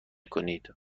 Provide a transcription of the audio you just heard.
کنید